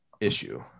issue